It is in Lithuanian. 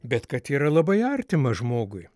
bet kad yra labai artimas žmogui